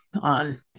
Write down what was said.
on